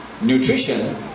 nutrition